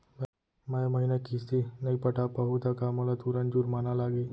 मैं ए महीना किस्ती नई पटा पाहू त का मोला तुरंत जुर्माना लागही?